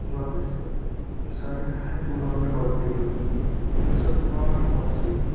बाकि सारे हैं टूनामेंट कबड्डी हुई ये सब टूनामेंट होना चाहिए